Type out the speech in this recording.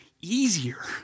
easier